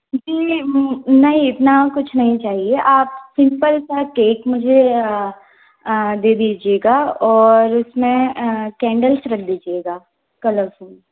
जी नहीं इतना कुछ नहीं चाहिए आप सिंपल सा केक मुझे दे दीजिएगा और उस में कैंडल्स रख दीजिएगा कलरफुल